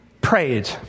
prayed